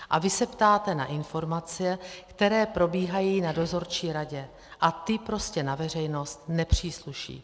A vy se ptáte na informace, které probíhají na dozorčí radě, a ty prostě na veřejnost nepřísluší.